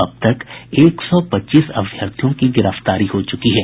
अब तक एक सौ पच्चीस अभ्यर्थियों की गिरफ्तारी हो चुकी है